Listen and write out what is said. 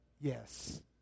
yes